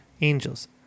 Angels